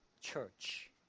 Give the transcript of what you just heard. church